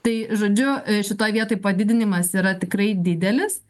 tai žodžiu šitoj vietoj padidinimas yra tikrai didelis